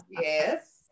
Yes